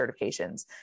certifications